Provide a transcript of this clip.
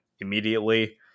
immediately